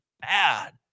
Bad